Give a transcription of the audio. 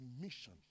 mission